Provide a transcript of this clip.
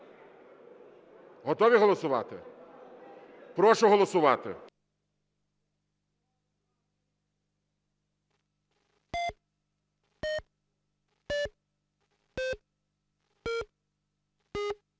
Готові голосувати? Прошу голосувати.